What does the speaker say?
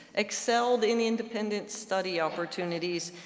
excelled in independent study opportunities,